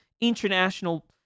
international